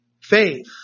Faith